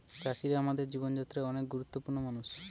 চাষিরা আমাদের জীবন যাত্রায় অনেক গুরুত্বপূর্ণ মানুষ